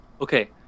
Okay